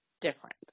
different